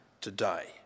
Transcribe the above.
today